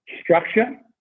structure